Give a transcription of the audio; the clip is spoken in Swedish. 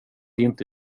inte